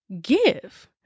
give